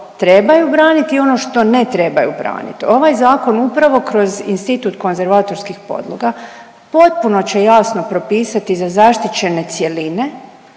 trebaju braniti i ono što ne trebaju braniti. Ovaj zakon upravo kroz institut konzervatorskih podloga potpuno će jasno propisati za zaštićene cjeline